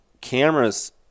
cameras